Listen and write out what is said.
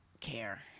care